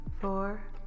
four